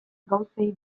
gauzei